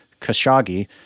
Khashoggi